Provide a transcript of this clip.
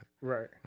Right